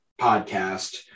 podcast